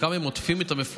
וכמה הם עוטפים את המפונים,